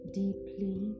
deeply